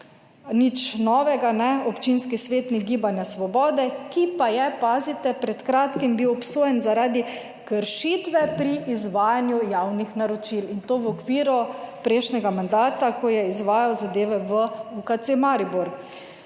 nič novega, občinski svetnik Gibanja Svobode, ki pa je, pazite, pred kratkim bil obsojen zaradi kršitve pri izvajanju javnih naročil in to v okviru prejšnjega mandata, ko je izvajal zadeve v UKC Maribor.